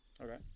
Okay